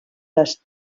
les